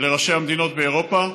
לראשי המדינות באירופה?